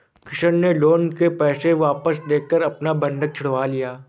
किशन ने लोन के पैसे वापस देकर अपना बंधक छुड़वा लिया